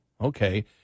okay